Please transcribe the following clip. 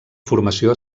formació